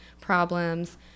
problems